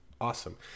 awesome